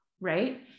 right